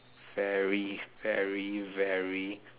very very very